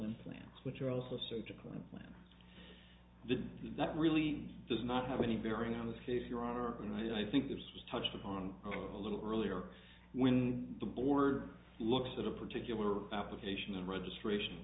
implants which are also surgical and plan did that really does not have any bearing on this case your honor and i think there's was touched upon a little earlier when the board looks at a particular application and registration